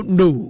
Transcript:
no